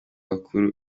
bakuru